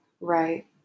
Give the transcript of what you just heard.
right